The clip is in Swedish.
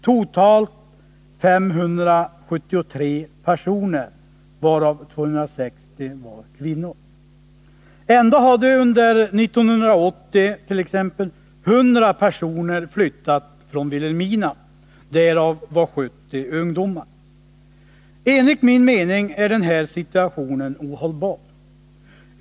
Det blir totalt 573 personer, av vilka 260 var kvinnor. Ändå hade under 1980 t.ex. 100 personer flyttat från Vilhelmina, av vilka 70 var ungdomar. Enligt min mening är den här situationen ohållbar.